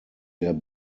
der